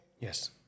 Yes